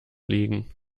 liegen